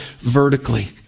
vertically